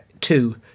two